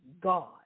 God